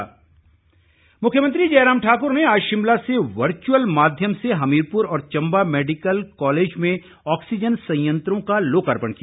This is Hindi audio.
ऑक्सीजन प्लांट मुख्यमंत्री जयराम ठाकुर ने आज शिमला से वर्चुअल माध्यम से हमीरपुर और चंबा मेडिकल कॉलेज में ऑक्सीजन संयंत्रों का लोकार्पण किया